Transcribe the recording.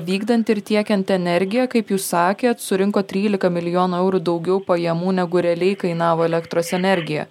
vykdant ir tiekiant energiją kaip jūs sakė surinko trylika milijonų eurų daugiau pajamų negu realiai kainavo elektros energija